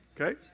Okay